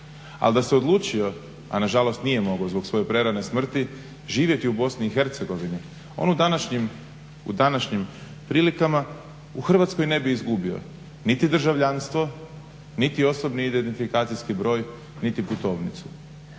ali da se odlučio, a na žalost nije mogao zbog svoje prerane smrti živjeti u Bosni i Hercegovini on u današnjim prilikama u Hrvatskoj ne bi izgubio niti državljanstvo, niti osobni identifikacijski broj, niti putovnicu.